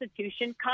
Constitution